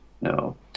no